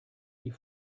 die